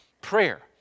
prayer